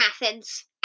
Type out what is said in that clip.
methods